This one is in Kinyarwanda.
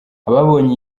ababonye